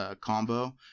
combo